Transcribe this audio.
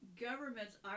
Governments